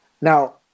Now